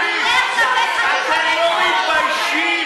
אתם לא מתביישים?